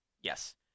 yes